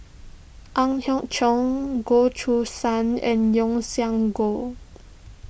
Ang Hiong Chiok Goh Choo San and Yeo Siak Goon